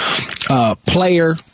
Player